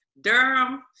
Durham